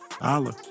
Allah